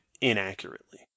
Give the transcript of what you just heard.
inaccurately